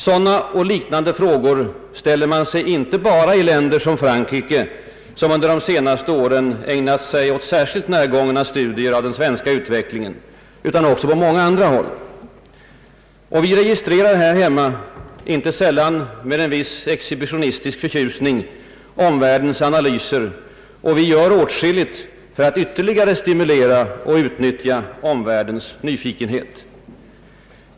Sådana och liknande frågor ställer man sig inte bara i länder som Frankrike, som under de senaste åren ägnat sig åt särskilt närgångna studier av den svenska utvecklingen, utan också på många andra håll. Vi registrera här hemma, inte sällan med en viss exhibitionistisk förtjusning, omvärldens analyser och vi gör åtskilligt för att ytterligare stimulera och utnyttja omvärldens nyfikenhet.